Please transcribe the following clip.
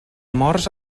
morts